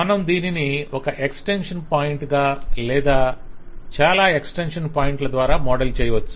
మనం దీనిని ఒక ఎక్స్టెన్షన్ పాయింట్ గా లేదా చాలా ఎక్స్టెన్షన్ పాయింట్ల ద్వారా మోడల్ చేయవచ్చు